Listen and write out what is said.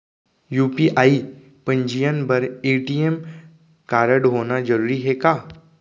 UPI पंजीयन बर ATM कारडहोना जरूरी हे का?